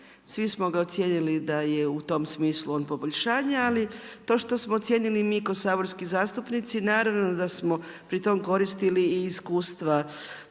svi smo ga ocijenili da je u tom smislu on poboljšanje, ali to što ocijenili mi kao saborski zastupnici, naravno da smo pritom koristili i iskustva